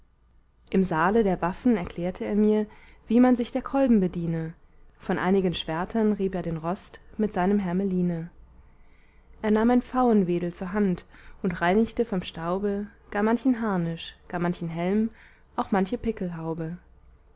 im saale der waffen erklärte er mir wie man sich der kolben bediene von einigen schwertern rieb er den rost mit seinem hermeline er nahm ein pfauenwedel zur hand und reinigte vom staube gar manchen harnisch gar manchen helm auch manche pickelhaube